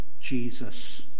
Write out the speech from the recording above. Jesus